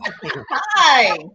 hi